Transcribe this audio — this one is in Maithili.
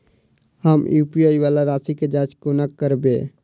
हम यु.पी.आई वला राशि केँ जाँच कोना करबै?